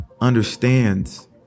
understands